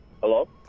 Hello